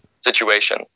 situation